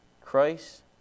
Christ